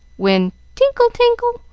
when tingle, tangle!